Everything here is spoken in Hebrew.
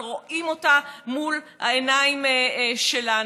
אבל רואים אותה מול העיניים שלנו.